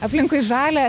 aplinkui žalia